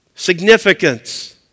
Significance